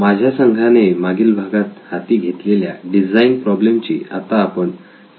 माझ्या संघाने मागील भागात हाती घेतलेल्या डिझाईन प्रॉब्लेम ची आता आपण चाचणी करणार आहोत